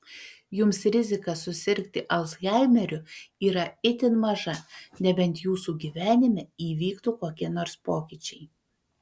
jums rizika susirgti alzhaimeriu yra itin maža nebent jūsų gyvenime įvyktų kokie nors pokyčiai